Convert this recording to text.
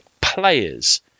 players